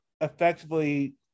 effectively